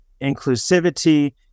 inclusivity